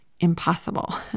impossible